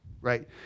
Right